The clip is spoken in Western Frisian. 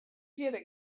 fierder